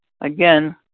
Again